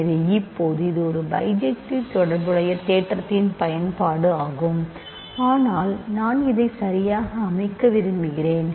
எனவே இப்போது இது பைஜெக்ட்டிவ் தொடர்புடைய தேற்றத்தின் பயன்பாடு ஆகும் ஆனால் நான் அதை சரியாக அமைக்க விரும்புகிறேன்